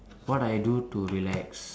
what I do to relax